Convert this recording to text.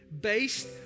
based